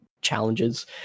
challenges